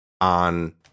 on